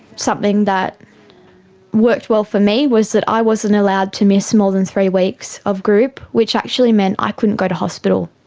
something that worked well for me was that i wasn't allowed to miss more than three weeks of group, which actually meant i couldn't go to hospital